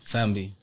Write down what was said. Sambi